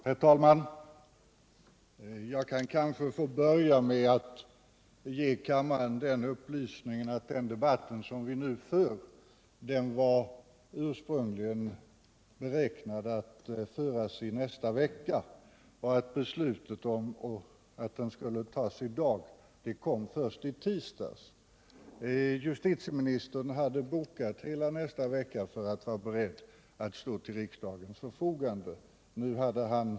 Herr talman! Jag kanske kan få börja med att ge kammaren den upplysningen att den debatt som vi nu för ursprungligen var beräknad att föras i nästa vecka, och att beslutet att den skulle tas i dag kom först i tisdags. Justitieministern hade bokat hela nästa vecka för att stå till riksdagens förfogande.